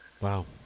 Wow